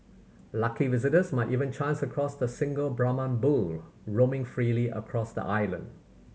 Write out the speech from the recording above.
lucky visitors might even chance across the single Brahman bull roaming freely across the island